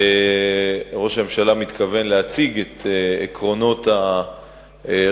ראש הממשלה מתכוון להציג את עקרונות הרפורמה,